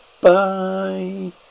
bye